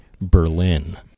Berlin